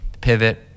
pivot